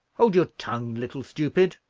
hold your tongue, little stupid,